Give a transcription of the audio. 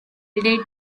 data